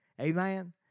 Amen